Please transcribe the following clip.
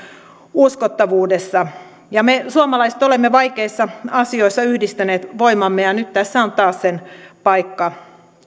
uskottavuudesta me suomalaiset olemme vaikeissa asioissa yhdistäneet voimamme ja nyt tässä on taas sen paikka